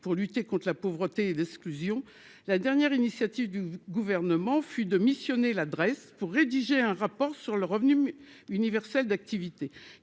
pour lutter contre la pauvreté et d'exclusion, la dernière initiative du gouvernement fut de missionner l'adresse pour rédiger un rapport sur le revenu universel d'activité